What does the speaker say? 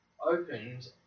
opened